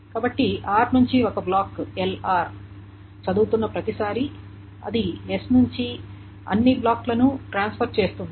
కాబట్టి r నుండి ఒక బ్లాక్ lr చదువుతున్న ప్రతిసారీ అది s నుండి అన్ని బ్లాక్లను ట్రాన్స్ఫర్ చేస్తుంది